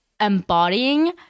embodying